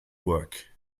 work